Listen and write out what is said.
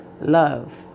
love